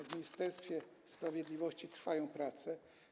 W Ministerstwie Sprawiedliwości trwają prace.